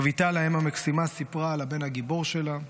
רויטל, האם המקסימה, סיפרה על הבן הגיבור שלה,